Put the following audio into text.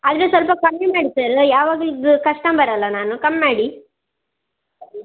ಅದ್ರಲ್ಲಿ ಸ್ವಲ್ಪ ಕಮ್ಮಿ ಮಾಡಿ ಸರ್ ಯಾವಾಗ್ಲದ್ ಕಸ್ಟಮರ್ ಅಲ್ವ ನಾನು ಕಮ್ಮಿ ಮಾಡಿ